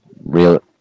real